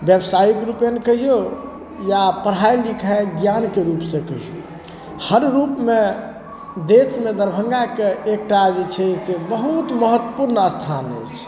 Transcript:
व्यावसायिक रूपेण कहियौ या पढाइ लिखाइ ज्ञानके रूपसँ कहियौ हर रूपमे देशमे दरभंगाके एकटा जे छै से बहुत महत्वपूर्ण स्थान अछि